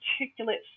articulate